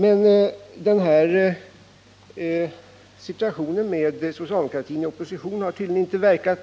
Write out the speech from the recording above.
Men den här situationen med socialdemokratin i opposition har tydligen inte